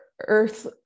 earth